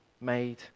made